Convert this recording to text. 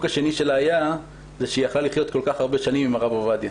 השני שלה היה שהיא יכלה לחיות כל כך הרבה שנים עם הרב עובדיה.